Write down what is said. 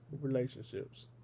relationships